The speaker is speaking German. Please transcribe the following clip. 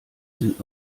sind